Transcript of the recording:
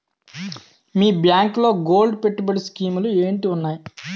మీ బ్యాంకులో గోల్డ్ పెట్టుబడి స్కీం లు ఏంటి వున్నాయి?